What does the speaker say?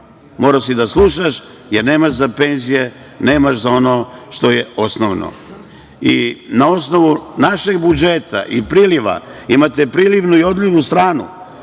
morao si da slušaš, jer nemaš za penzije, nemaš za ono što je osnovno. Na osnovu našeg budžeta i priliva, imate prilivnu i odlivnu stranu,